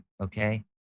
okay